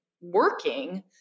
working